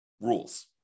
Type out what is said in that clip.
rules